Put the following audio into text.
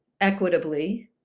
equitably